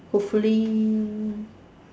hopefully